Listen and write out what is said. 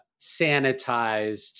sanitized